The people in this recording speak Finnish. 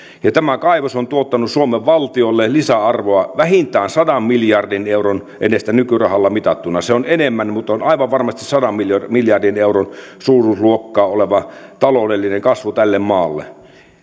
ja tämä kaivos on tuottanut suomen valtiolle lisäarvoa vähintään sadan miljardin euron edestä nykyrahalla mitattuna se on enemmän mutta on aivan varmasti sadan miljardin miljardin euron suuruusluokkaa oleva taloudellinen kasvu tälle maalle